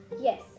Yes